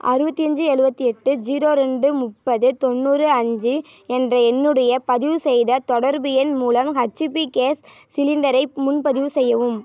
அறுபத்தஞ்சி எழுபத்தி எட்டு ஜீரோ ரெண்டு முப்பது தொண்ணூறு அஞ்சு என்ற என்னுடைய பதிவு செய்த தொடர்பு எண் மூலம் ஹச்பி கேஸ் சிலிண்டரை முன்பதிவு செய்யவும்